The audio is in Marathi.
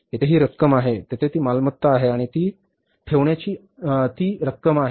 येथे ही रक्कम आहे येथे ती मालमत्ता आहे आणि ती रक्कम आहे